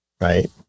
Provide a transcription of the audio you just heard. right